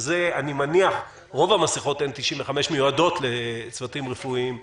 שאני מניח שרוב המסכות N95 מיועדות לצוותים רפואיים וכדומה.